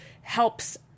helps